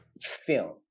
film